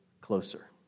closer